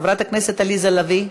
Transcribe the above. חברת הכנסת עליזה לביא,